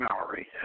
Mallory